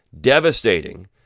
devastating